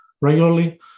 regularly